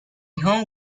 home